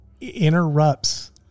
interrupts